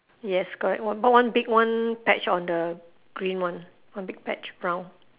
yes correct one but one big one patch on the green one one big patch brown